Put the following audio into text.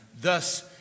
Thus